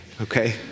Okay